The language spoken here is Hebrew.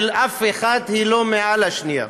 ואף אחת היא לא מעל השנייה.